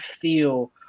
feel